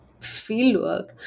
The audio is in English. fieldwork